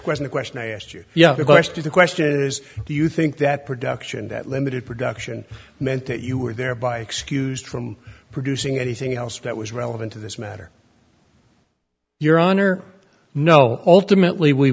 question a question i asked you yeah of course to the question is do you think that production that limited production meant that you were there by excused from producing anything else that was relevant to this matter your honor no ultimately we